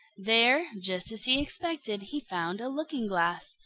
there, just as he expected, he found a looking-glass.